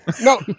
No